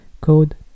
Code